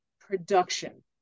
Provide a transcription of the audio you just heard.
production